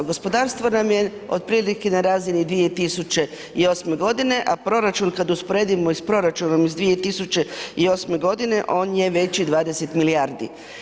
Gospodarstvo nam je otprilike na razine 2008. godine, a proračun kad usporedimo i s proračunom iz 2008. godine on je veći 20 milijardi.